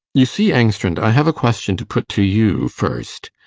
you see, engstrand, i have a question to put to you first.